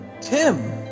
Tim